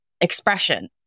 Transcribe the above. expression